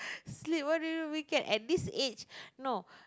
sleep what do you do during weekend at this age no